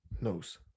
knows